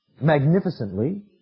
magnificently